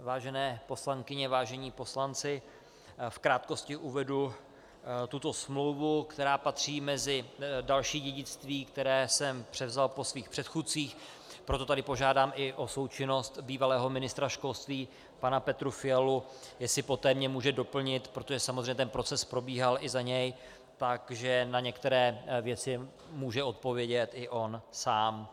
Vážené poslankyně, vážení poslanci, v krátkosti uvedu tuto smlouvu, která patří mezi další dědictví, které jsem převzal po svých předchůdcích, proto tady požádám i o součinnost bývalého ministra školství pana Petra Fialu, jestli poté mě může doplnit, protože samozřejmě ten proces probíhal i za něj, takže na některé věci může odpovědět i on sám.